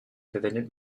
verwendet